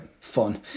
fun